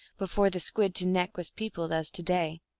before the squid to neck was peopled as to-day,